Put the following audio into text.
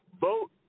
Vote